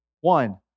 One